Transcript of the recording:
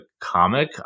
comic